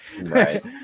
Right